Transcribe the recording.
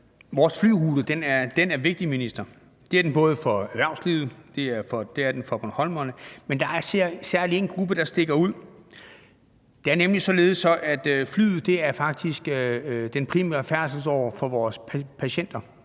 Vores flyrute er vigtig, minister. Det er den både for erhvervslivet og for bornholmerne. Men der er særlig en gruppe, der stikker ud. Det er nemlig sådan, at flyet faktisk er den primære færdselsåre for vores patienter.